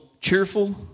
cheerful